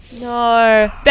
no